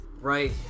right